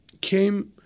came